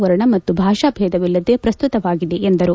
ವರ್ಣ ಮತ್ತು ಭಾಷಾ ಭೇದವಿಲ್ಲದೇ ಪ್ರಸ್ತುತವಾಗಿದೆ ಎಂದರು